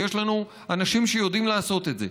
ויש לנו אנשים שיודעים לעשות את זה.